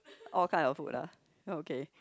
all kind of food lah okay